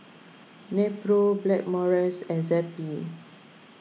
Nepro Blackmores and Zappy